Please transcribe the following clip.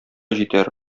җитәр